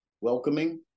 welcoming